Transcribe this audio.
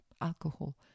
alcohol